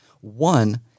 One